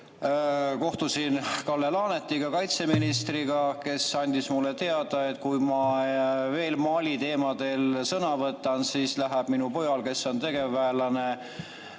kohtusin Kalle Laanetiga, kaitseministriga, kes andis mulle teada, et kui ma veel Mali teemadel sõna võtan, siis läheb minu pojal, kes on tegevväelane,